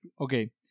Okay